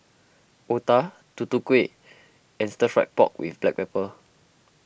Otah Tutu Kueh and Stir Fried Pork with Black Pepper